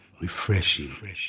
Refreshing